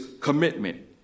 commitment